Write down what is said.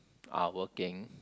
are working